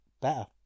better